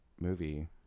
movie